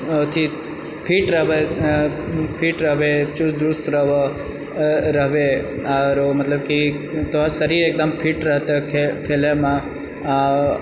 अथि फिट रहबै फिट रहबै चुस्त दुरुस्त रहबह अऽ रहबै आरो मतलबकि तोहर शरीर एकदम फिट रहतोह खेलैमे आ